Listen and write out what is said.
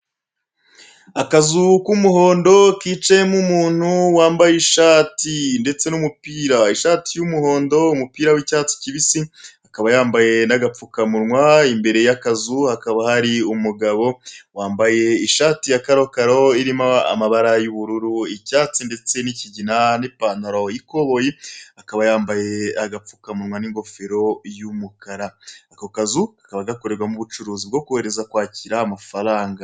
Akazu k'umuhondo kicayemo umuntu wambaye ishati n'umupira ishati y'umuhondo n'umupira w'icyatsi kibisi